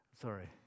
sorry